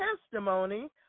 testimony